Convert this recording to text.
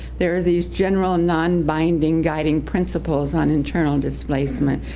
there are these general, non-binding guiding principles on internal displacement,